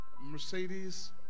Mercedes